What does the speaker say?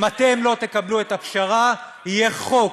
אם אתם לא תקבלו את הפשרה, יהיה חוק,